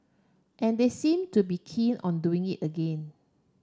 and they seem to be keen on doing it again